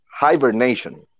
hibernation